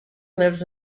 lives